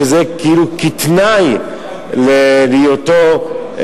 שזה כאילו כתנאי להיותו,